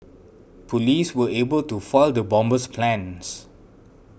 police were able to foil the bomber's plans